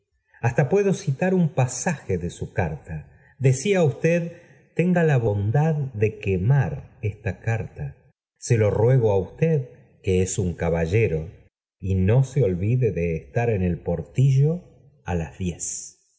hasta puedo citar un pasaje do su carta decía usted tenga la bondad de quemar esta carta e lo ruego á usted que es un caballero y no se olvide de estar en el portillo á las dic z